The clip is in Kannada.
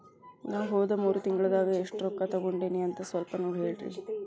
ನಾ ಹೋದ ಮೂರು ತಿಂಗಳದಾಗ ಎಷ್ಟು ರೊಕ್ಕಾ ತಕ್ಕೊಂಡೇನಿ ಅಂತ ಸಲ್ಪ ನೋಡ ಹೇಳ್ರಿ